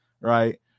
right